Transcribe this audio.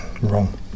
Wrong